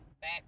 back